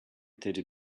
teddy